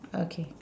okay